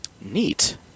Neat